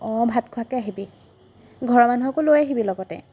অঁ ভাত খোৱাকৈ আহিবি ঘৰৰ মানুহকো লৈ আহিবি লগতে